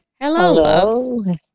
hello